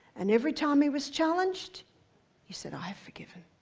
and every time he was challenged he said, i have forgiven,